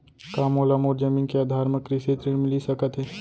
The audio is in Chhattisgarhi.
का मोला मोर जमीन के आधार म कृषि ऋण मिलिस सकत हे?